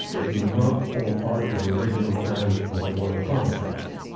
it did not form part of the original plan of the royal commentaries.